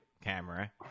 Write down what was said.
camera